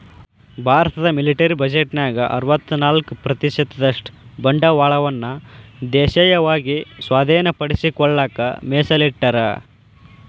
ಭಾರತದ ಮಿಲಿಟರಿ ಬಜೆಟ್ನ್ಯಾಗ ಅರವತ್ತ್ನಾಕ ಪ್ರತಿಶತದಷ್ಟ ಬಂಡವಾಳವನ್ನ ದೇಶೇಯವಾಗಿ ಸ್ವಾಧೇನಪಡಿಸಿಕೊಳ್ಳಕ ಮೇಸಲಿಟ್ಟರ